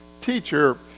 teacher